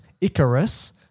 Icarus